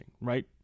right